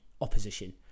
opposition